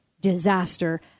disaster